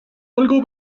algo